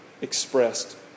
expressed